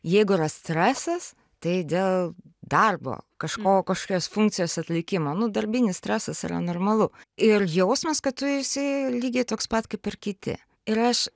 jeigu yra stresas tai dėl darbo kažko kažkokios funkcijos atlikimo nu darbinis stresas yra normalu ir jausmas kad tu esi lygiai toks pat kaip ir kiti ir aš